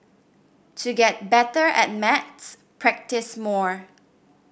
to get better at maths practise more